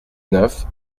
neuf